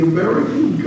American